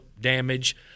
damage